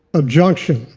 of junction,